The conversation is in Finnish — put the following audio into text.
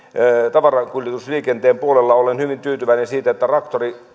tavarakuljetusliikenteen puolella olen hyvin tyytyväinen siitä että